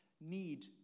need